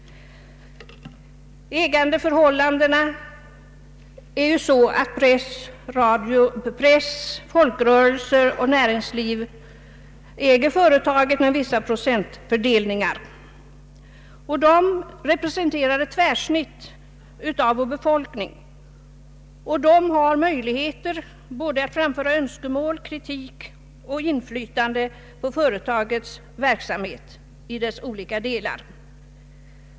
ägandeförhållandena är ju sådana att press, folkrörelser och näringsliv äger företaget med vissa procentfördelningar. De representerar ett tvärsnitt av vår befolkning. De har möjligheter såväl att framföra önskemål och kritik som att utöva inflytande på företagets verksamhet i dess olika delar.